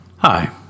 Hi